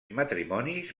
matrimonis